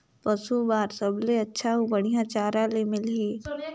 पशु बार सबले अच्छा अउ बढ़िया चारा ले मिलही?